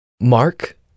Mark